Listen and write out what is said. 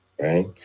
right